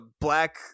black